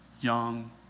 young